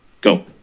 go